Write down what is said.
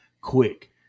Quick